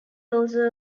also